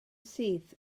syth